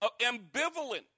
ambivalent